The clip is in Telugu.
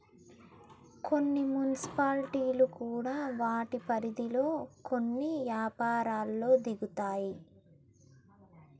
కొన్ని మున్సిపాలిటీలు కూడా వాటి పరిధిలో కొన్ని యపారాల్లో దిగుతాయి